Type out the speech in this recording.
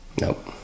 Nope